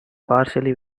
partially